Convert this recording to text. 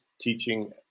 teaching